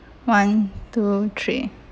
one two three